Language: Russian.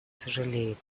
сожалеет